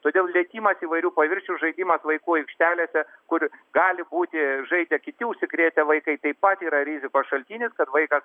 todėl lietimas įvairių paviršių žaidimas vaikų aikštelėse kur gali būti žaidė kiti užsikrėtę vaikai taip pat yra rizikos šaltinis kad vaikas